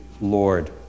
Lord